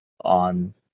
on